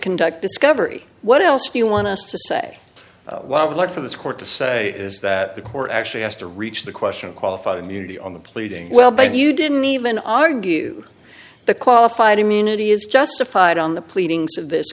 conduct discovery what else you want to say while we look for this court to say is that the court actually has to reach the question of qualified immunity on the pleading well but you didn't even argue the qualified immunity is justified on the pleadings of this